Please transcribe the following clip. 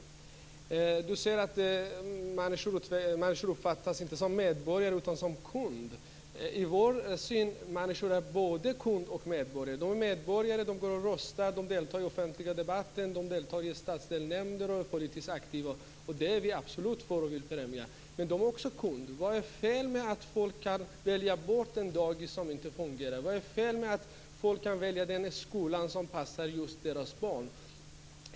Siw Holma säger att människor inte uppfattas som medborgare utan som kunder. Enligt vår syn är människor både kunder och medborgare. De är medborgare, de går och röstar, de deltar i den offentliga debatten, de deltar i statsdelsnämnder och de är politiskt aktiva. Och det är vi absolut för och vill främja. Men de är också kunder. Vad är det för fel med att folk kan välja bort ett dagis som inte fungerar? Vad är det för fel med att folk kan välja den skola som passar just deras barn?